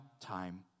time